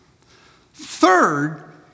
Third